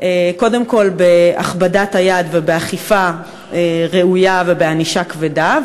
קודם כול בהכבדת היד ובאכיפה ראויה ובענישה כבדה?